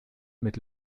mit